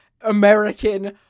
American